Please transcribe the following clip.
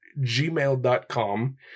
gmail.com